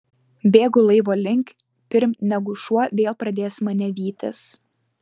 bėgu laivo link pirm negu šuo vėl pradės mane vytis